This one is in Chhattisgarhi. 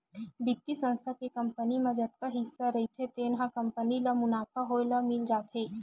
बित्तीय संस्था के कंपनी म जतका हिस्सा रहिथे तेन ह कंपनी ल मुनाफा होए ले मिल जाथे